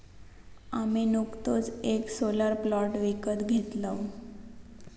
आम्ही नुकतोच येक सोलर प्लांट विकत घेतलव